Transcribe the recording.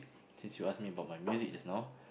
since you ask me about my music just now